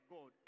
God